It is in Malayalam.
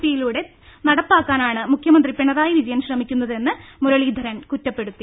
പി യിലൂടെ നടപ്പാക്കാനാണ് മുഖ്യമന്ത്രി പിണറായി വിജ യൻ ശ്രമിക്കുന്നതെന്ന് മുരളീധരൻ കുറ്റപ്പെടുത്തി